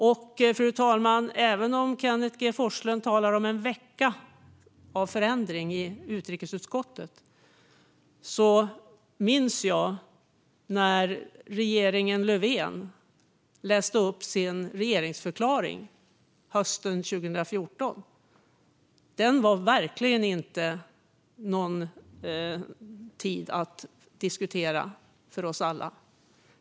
Och även om Kenneth G Forslund talar om en vecka av förändring i utrikesutskottet, fru talman, minns jag när statsminister Löfven läste upp sin regeringsförklaring hösten 2014. Den innebar verkligen inte någon tid att diskutera för oss alla.